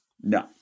No